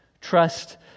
Trust